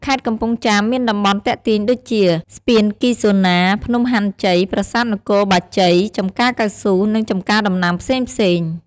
ខេត្តកំពង់ចាមមានតំបន់ទាក់ទាញដូចជា ស្ពានគីហ្សូណា ភ្នំហាន់ជ័យ ប្រាសាទនគរបាជ័យ ចំការកៅស៊ូ និងចំការដំណាំផ្សេងៗ។